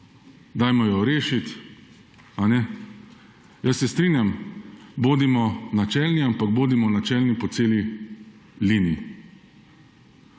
dajmo jo rešiti. Jaz se strinjam, bodimo načelni, ampak bodimo načelni po celi liniji.